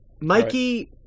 Mikey